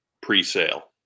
pre-sale